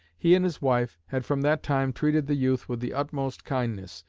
he and his wife had from that time treated the youth with the utmost kindness,